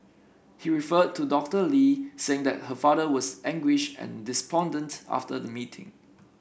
he referred to Doctor Lee saying that her father was anguished and despondent after the meeting